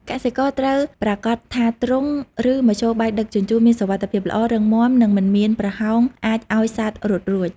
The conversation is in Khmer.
កសិករត្រូវប្រាកដថាទ្រុង ឬមធ្យោបាយដឹកជញ្ជូនមានសុវត្ថិភាពល្អ រឹងមាំ និងមិនមានប្រហោងអាចឱ្យសត្វរត់រួច។